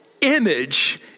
image